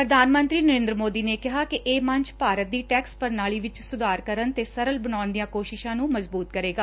ਪ੍ਰਧਾਨ ਮੰਤਰੀ ਨਰੇ'ਦਰ ਮੋਦੀ ਨੇ ਕਿਹਾ ਕਿ ਇਹ ਮੰਚ ਭਾਰਤ ਦੀ ਟੈਕਸ ਪ੍ਰਣਾਲੀ ਵਿਚ ਸੁਧਾਰ ਕਰਨ ਤੇ ਸਰਲ ਬਣਾਉਣ ਦੀਆਂ ਕੋਸ਼ਿਸਾਂ ਨੂੰ ਮਜ਼ਬੁਤ ਕਰੇਗਾ